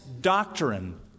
doctrine